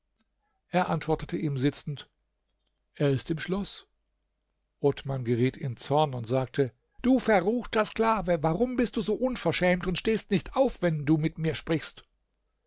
er antwortete ihm sitzend er ist im schloß othman geriet in zorn und sagte du verruchter sklave warum bist du so unverschämt und stehst nicht auf wenn du mit mir sprichst